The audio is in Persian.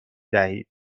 دهید